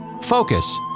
focus